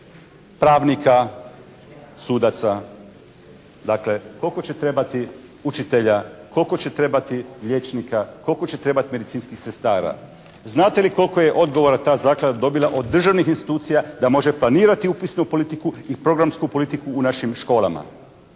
pravnika, sudaca, dakle koliko će trebati učitelja, koliko će trebati liječnika, koliko će trebati medicinskih sestara. Znate li koliko je odgovora ta zaklada dobila od državnih institucija da može planirati upisnu politiku i programsku politiku u našim školama?